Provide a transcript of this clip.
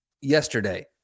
yesterday